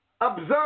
Observe